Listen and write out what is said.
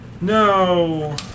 No